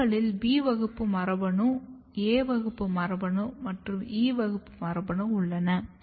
இதழ்களில் B வகுப்பு மரபணு A வகுப்பு மரபணு மற்றும் E வகுப்பு மரபணு உள்ளது